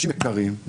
אנשים יקרים,